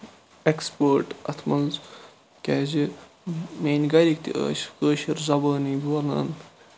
expert اتھ منٛز کیٛازِ میٛٲنۍ گرٕکۍ تہِ ٲسۍ کٲشِر زَبٲنی بولان